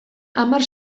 hamar